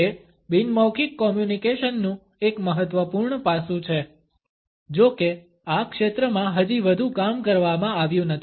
તે બિન મૌખિક કોમ્યુનકેશનનું એક મહત્વપૂર્ણ પાસું છે જો કે આ ક્ષેત્રમાં હજી વધુ કામ કરવામાં આવ્યું નથી